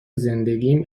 زندگیم